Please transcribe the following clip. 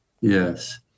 Yes